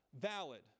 valid